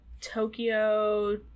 tokyo